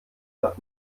darf